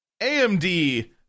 AMD